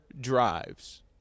drives